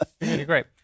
Great